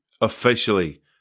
officially